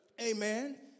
Amen